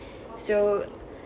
so